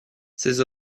ses